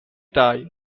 tai